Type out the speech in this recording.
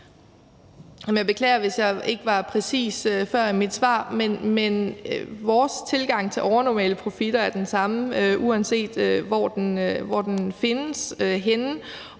Jeg beklager, hvis jeg ikke var præcis før i mit svar. Men vores tilgang til overnormale profitter er den samme, uanset hvor de findes henne,